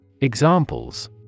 Examples